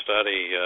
study